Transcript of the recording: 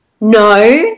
no